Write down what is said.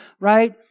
right